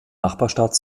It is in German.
nachbarstadt